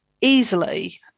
easily